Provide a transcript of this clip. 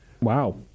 Wow